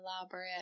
elaborate